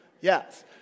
Yes